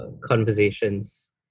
Conversations